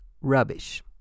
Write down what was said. rubbish